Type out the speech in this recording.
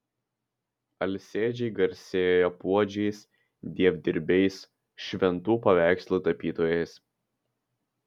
alsėdžiai garsėjo puodžiais dievdirbiais šventų paveikslų tapytojais